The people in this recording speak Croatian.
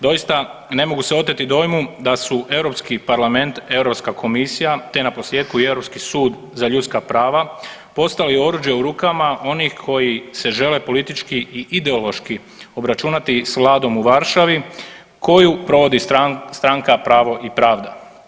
Doista ne mogu se oteti dojmu da su Europski parlament, Europska komisija te na posljetku i Europski sud za ljudska prava postali oruđe u rukama onih koji se žele politički i ideološki obračunati s vladom u Varšavi koju provodi stranka Pravo i pravda.